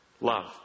love